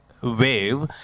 wave